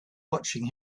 watching